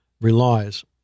relies